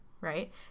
right